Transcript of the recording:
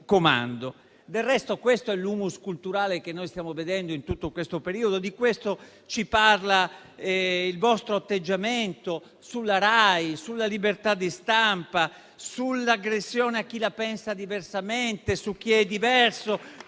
Del resto, questo è l'*humus* culturale che noi stiamo vedendo in tutto questo periodo: di questo ci parla il vostro atteggiamento sulla RAI, sulla libertà di stampa, sull'aggressione a chi la pensa diversamente, su chi è diverso